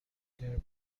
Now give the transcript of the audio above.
their